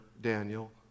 Daniel